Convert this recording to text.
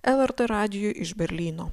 lrt radijui iš berlyno